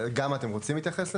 גמא, אתם רוצים להתייחס לזה?